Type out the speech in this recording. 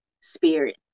spirit